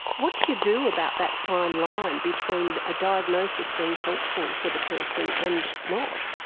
what do you do about that fine line between a diagnosis being helpful for the person and not?